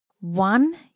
One